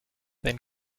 than